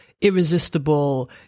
irresistible